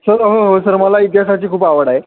sir हो हो हो सर मला इतिहासाची खूप आवड आहे